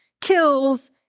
kills